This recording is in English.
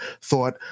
thought